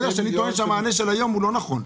ואני טוען שהמענה של היום הוא לא נכון.